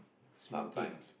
smoking